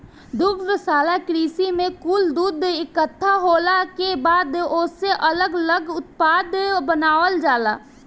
दुग्धशाला कृषि में कुल दूध इकट्ठा होखला के बाद ओसे अलग लग उत्पाद बनावल जाला